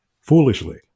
Foolishly